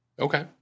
Okay